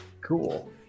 cool